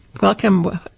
Welcome